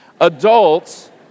adults